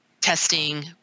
testing